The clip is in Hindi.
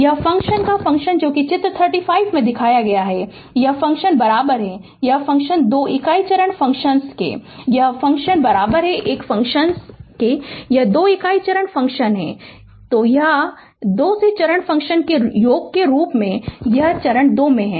यह फ़ंक्शन यह फ़ंक्शन जो चित्र 35 है यह फ़ंक्शन यह फ़ंक्शन 2 इकाई चरण फ़ंक्शन के यह फ़ंक्शन यह फ़ंक्शन यह से 2 इकाई चरण फ़ंक्शन यह से 2 चरण फ़ंक्शन के योग के रूप में से 2 चरण है